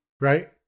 Right